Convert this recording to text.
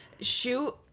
shoot